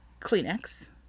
Kleenex